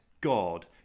God